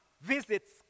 visits